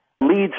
leads